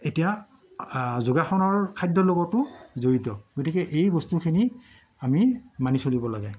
এতিয়া যোগাসনৰ খাদ্যৰ লগতো জড়িত গতিকে এই বস্তুখিনি আমি মানি চলিব লাগে